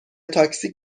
تاکسی